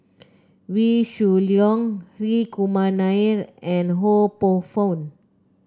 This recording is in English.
Wee Shoo Leong Hri Kumar Nair and Ho Poh Fun